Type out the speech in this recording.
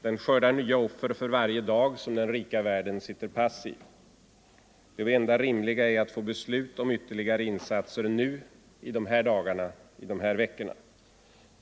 Den skördar nya offer för varje dag som den rika världen sitter passiv. Det enda rimliga är att få beslut om ytterligare insatser nu, i dessa dagar, i dessa veckor.